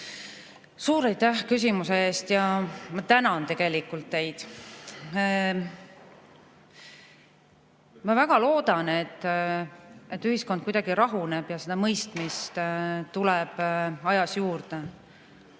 Suur aitäh küsimuse eest ja ma tegelikult tänan teid! Ma väga loodan, et ühiskond kuidagi rahuneb ja seda mõistmist tuleb aja jooksul